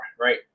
right